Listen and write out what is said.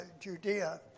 Judea